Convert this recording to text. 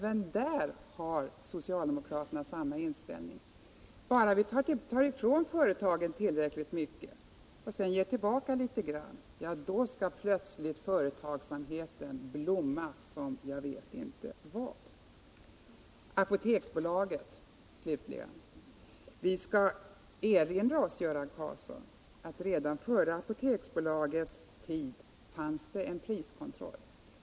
Även där har socialdemokraterna samma inställning: bara vi tar ifrån företagen tillräckligt mycket och sedan ger tillbaka litet grand, så kommer företagsamheten plötsligt att blomma som aldrig förr! Vad sedan Apoteksbolaget beträffar skall vi erinra oss, Göran Karlsson, att det fanns en priskontroll redan före det bolagets tillkomst.